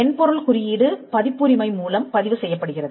மென்பொருள் குறியீடு பதிப்புரிமை மூலம் பதிவு செய்யப்படுகிறது